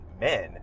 men